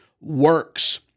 works